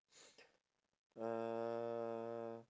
uh